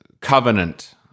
covenant